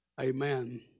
amen